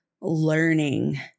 learning